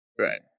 Right